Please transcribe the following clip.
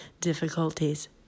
difficulties